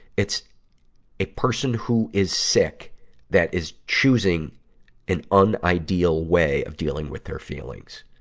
it's a person who is sick that is choosing an unideal way of dealing with their feelings.